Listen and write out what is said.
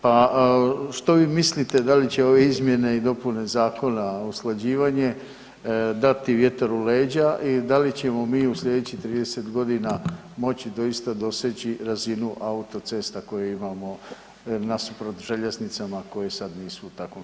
Pa što vi mislite da li će ove izmjene i dopune zakona, usklađivanje dati vjetar u leđa i da li ćemo mi u slijedećih 30 godina moći doista doseći razinu autocesta koje imamo nasuprot željeznicama koje sad nisu u takvom stanju?